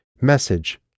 Message